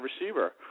receiver